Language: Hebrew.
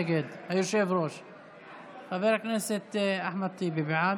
נגד, חבר הכנסת אחמד טיבי, בעד.